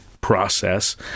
process